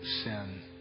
sin